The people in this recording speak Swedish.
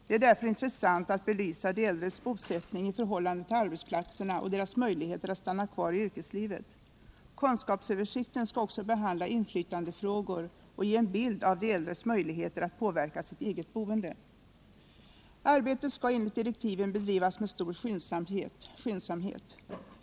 Det är därför intressant att belysa de äldres bosättning i förhållande till arbetsplatserna och deras möjligheter att stanna kvar i yrkeslivet. Kunskapsöversikten skall också behandla inflytandefrågor och ge en bild av de äldres möjligheter att påverka sitt eget boende. Arbetet skall enligt direktiven bedrivas med stor skyndsamhet.